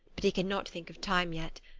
but he cannot think of time yet,